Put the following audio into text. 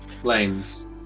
Flames